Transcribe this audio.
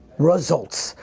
results.